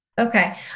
Okay